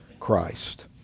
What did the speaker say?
Christ